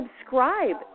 subscribe